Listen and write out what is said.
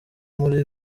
muri